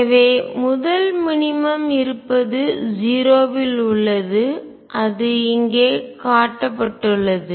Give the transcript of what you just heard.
எனவே முதல் மினிமம் குறைந்தபட்சம் இருப்பது 0 இல் உள்ளது அது இங்கே காட்டப்பட்டுள்ளது